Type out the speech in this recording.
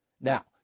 Now